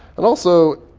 and also,